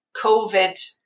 covid